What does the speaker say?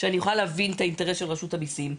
שאני יכולה להבין את האינטרס של רשות המיסים.